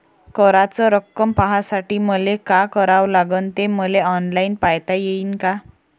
कराच रक्कम पाहासाठी मले का करावं लागन, ते मले ऑनलाईन पायता येईन का?